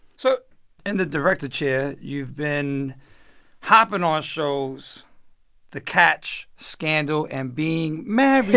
so in the director chair, you've been hopping on shows the catch, scandal and being mary